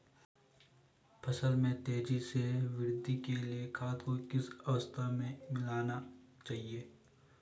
फसल में तेज़ी से वृद्धि के लिए खाद को किस अवस्था में मिलाना चाहिए?